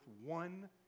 one